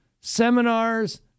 seminars